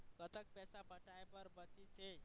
कतक पैसा पटाए बर बचीस हे?